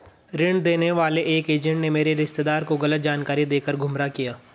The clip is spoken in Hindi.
ऋण देने वाले एक एजेंट ने मेरे रिश्तेदार को गलत जानकारी देकर गुमराह किया